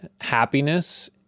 happiness